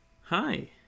Hi